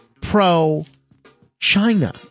pro-China